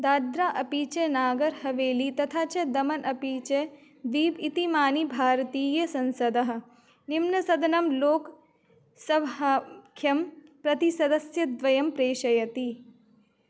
दाद्रा अपि च नागर् हवेली तथा च दमन् अपि च दीव् इतीमानि भारतीयसंसदः निम्नसदनं लोकसभाख्यं प्रति सदस्यद्वयं प्रेषयति